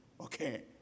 Okay